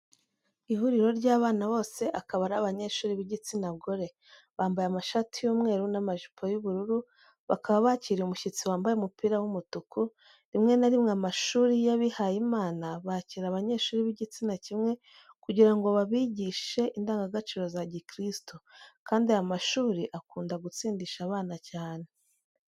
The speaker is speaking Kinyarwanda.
Ihuriro ry'abana bose akaba ari abanyeshuri b'igitsina gore, bambaye amashati y'umweru n'amajipo y'ubururu, bakaba bakiriye umushyitsi wambaye umupira w'umutuku, rimwe na rimwe amashuri y'abihaye imana bakira abanyeshuri b'igitsina kimwe kugira ngo babigishe indangagaciro za gikristu, kandi aya mashuri akunda gutsindisha abana cyane.